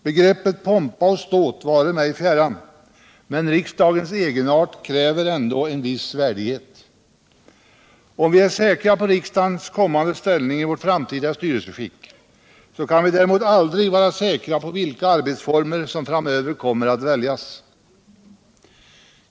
Begreppet pompa och ståt vare mig fjärran, men riksdagens egenart kräver en ändå en viss värdighet. : Om vi är säkra på riksdagens kommande ställning i vårt framtida styrelseskick, så kan vi däremot aldrig vara säkra på vilka arbetsformer som framöver kommer att väljas.